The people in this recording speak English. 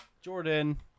Jordan